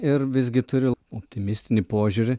ir visgi turiu optimistinį požiūrį